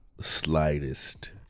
slightest